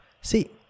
see